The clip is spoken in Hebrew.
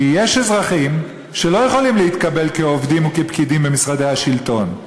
כי יש אזרחים שלא יכולים להתקבל כעובדים או כפקידים במשרדי השלטון.